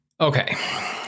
Okay